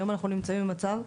היום אנחנו נמצאים במצב,